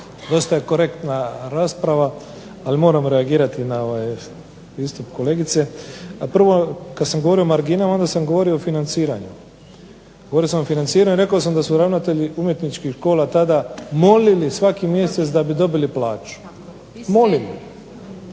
dosta je korektna rasprava, ali moram reagirati na ovaj istup kolegice. A prvo kad sam govorio o marginama onda sam govorio o financiranju, govorio sam o financiranju, rekao sam da su ravnatelji umjetničkih škola tada molili svaki mjesec da bi dobili plaću. Molili.